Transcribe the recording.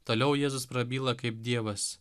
toliau jėzus prabyla kaip dievas